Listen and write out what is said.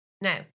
Now